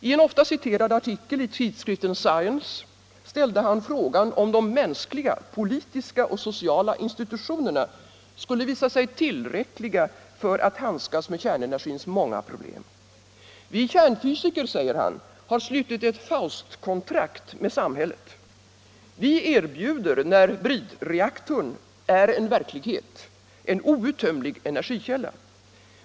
I en ofta citerad artikel i tidskriften Science ställde han frågan om de mänskliga, politiska och sociala institutionerna skulle visa sig tillräckliga för att handskas med kärnenergins många problem. Vi kärnfysiker, säger han, har slutit ett Faustkontrakt med samhället. Vi erbjuder, när bridreaktorn är en verklighet, en outtömlig energikälla.